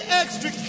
extra